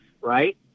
right